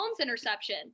interception